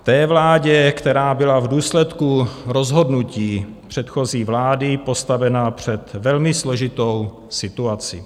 Té vládě, která byla v důsledku rozhodnutí předchozí vlády postavena před velmi složitou situaci.